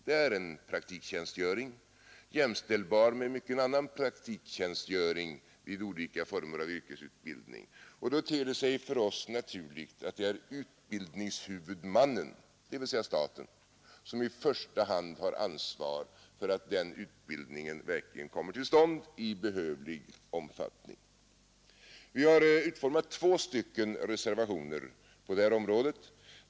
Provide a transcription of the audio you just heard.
Det är en praktiktjänstgöring jämförbar med mycken annan praktiktjänstgöring inom olika former av yrkesutbildning. Då ter det sig för oss naturligt att utbildningshuvudmannen, dvs. staten, i första hand har ansvar för att den utbildningen verkligen kommer till stånd i behövlig omfattning. Vi har utformat två reservationer på det här området.